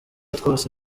twose